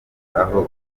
aho